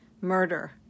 murder